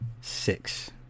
Six